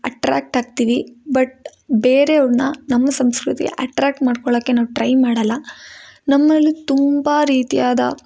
attract ಆಗ್ತೀವಿ but ಬೇರೆಯವ್ರನ್ನು ನಮ್ಮ ಸಂಸ್ಕೃತಿ ಅಟ್ರ್ಯಾಕ್ಟ್ ಮಾಡ್ಕೊಳ್ಳೋಕ್ಕೇನೂ ಟ್ರೈ ಮಾಡೋಲ್ಲ ನಮ್ಮಲ್ಲಿ ತುಂಬ ರೀತಿಯಾದ